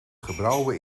gebrouwen